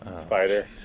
Spider